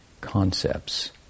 concepts